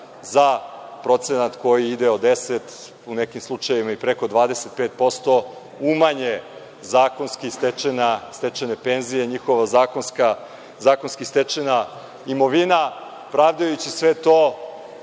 za procenat koji ide od 10, u nekim slučajevima i preko 25% umanje zakonski stečene penzije, njihova zakonski stečena imovina, pravdajući sve to